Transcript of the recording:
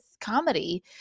comedy